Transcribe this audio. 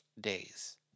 days